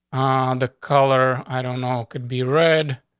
the color i don't know could be read,